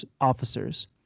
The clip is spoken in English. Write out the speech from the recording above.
officers